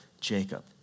Jacob